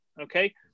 okay